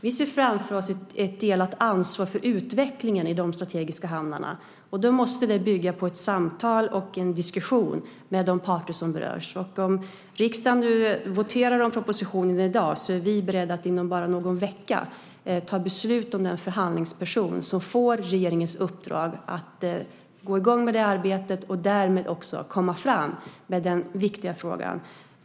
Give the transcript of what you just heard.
Vi ser framför oss ett delat ansvar för utvecklingen i de strategiska hamnarna. Då måste det bygga på ett samtal, en diskussion, med de parter som berörs. Om riksdagen i dag voterar om propositionen är vi beredda att inom bara någon vecka fatta beslut om den förhandlingsperson som får regeringens uppdrag att påbörja arbetet och komma fram med den viktiga frågan.